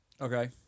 Okay